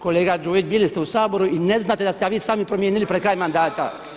Kolega Đujić, bili ste u Saboru i ne znate da ste ga vi sami promijenili pred kraj mandata.